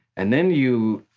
and then you